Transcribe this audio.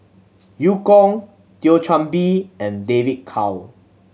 Eu Kong Thio Chan Bee and David Kwo